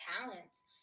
talents